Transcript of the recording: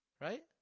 Right